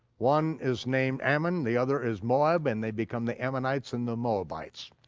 one is named ammon, the other is moab, and they become the ammonites and the moabites.